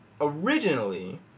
originally